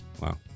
Wow